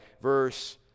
verse